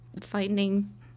finding